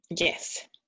Yes